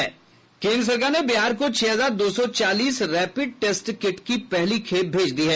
केन्द्र सरकार ने बिहार को छह हजार दो सौ चालीस रैपिड टेस्ट किट की पहली खेप भेज दिया है